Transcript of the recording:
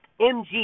MG